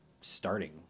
starting